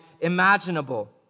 imaginable